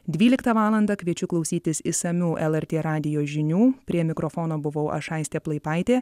dvyliktą valandą kviečiu klausytis išsamių lrt radijo žinių prie mikrofono buvau aš aistė plaipaitė